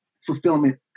fulfillment